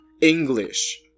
English